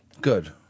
Good